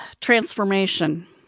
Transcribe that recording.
transformation